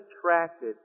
attracted